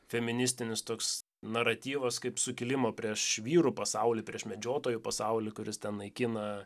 feministinis toks naratyvas kaip sukilimo prieš vyrų pasaulį prieš medžiotojų pasaulį kuris ten naikina